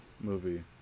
movie